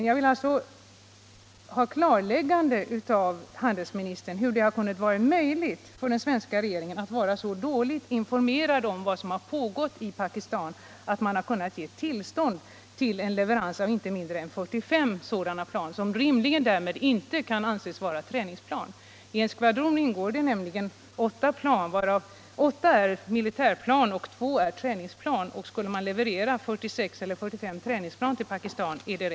Jag efterfrågar ett klarläggande av handelsministern hur det har kunnat vara möjligt för den svenska regeringen att vara så dåligt informerad om vad som pågått i Pakistan att man kunnat ge tillstånd till en leverans av inte mindre än 45 sådana plan som rimligen inte kan anses vara träningsplan. I en skvadron ingår åtta militärplan och två träningsplan. Att leveransen till Pakistan skulle gälla 45 träningsplan är rätt otroligt.